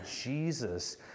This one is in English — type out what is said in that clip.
Jesus